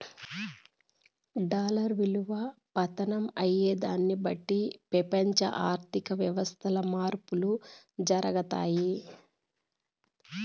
dollar ఇలువ పతనం అయ్యేదాన్ని బట్టి పెపంచ ఆర్థిక వ్యవస్థల్ల మార్పులు జరగతాయి